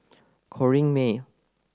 Corrinne May